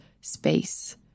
space